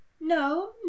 No